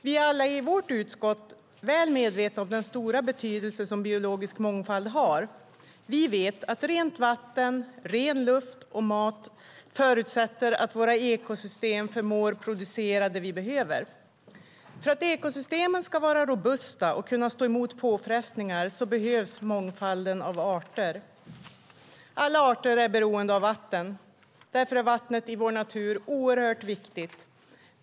Vi är alla i vårt utskott väl medvetna om den stora betydelse som biologisk mångfald har. Vi vet att rent vatten, ren luft och mat förutsätter att våra ekosystem förmår producera det vi behöver. För att ekosystemen ska vara robusta och kunna stå emot påfrestningar behövs mångfalden av arter. Alla arter är beroende av vatten. Därför är vattnet i vår natur oerhört viktigt.